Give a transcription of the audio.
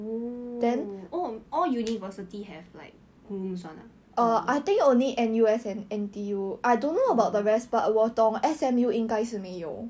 oo oh all university have like rooms one ah